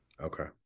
okay